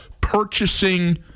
purchasing